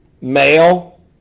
Male